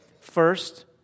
First